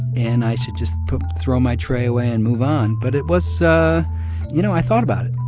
and i should just throw my tray away and move on. but it was so you know, i thought about it.